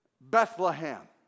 Bethlehem